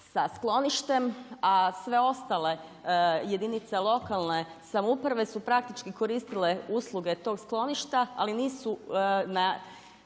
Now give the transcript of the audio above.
sa skloništem. A sve ostale jedinice lokalne samouprave su praktički koristile usluge tog skloništa ali nisu